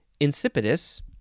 insipidus